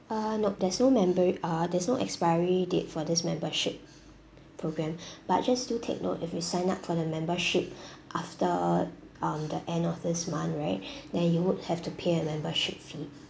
uh nope there's no member uh there's no expiry date for this membership programme but just do take note if you sign up for the membership after um the end of this month right then you would have to pay a membership fee